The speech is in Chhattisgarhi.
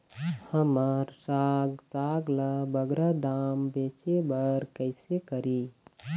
हमर साग साग ला बगरा दाम मा बेचे बर कइसे करी?